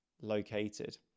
located